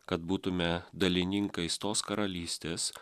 kad būtume dalininkais tos karalystės